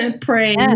praying